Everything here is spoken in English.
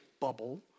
bubble